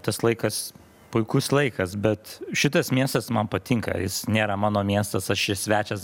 tas laikas puikus laikas bet šitas miestas man patinka jis nėra mano miestas aš čia svečias